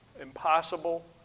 impossible